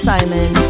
Simon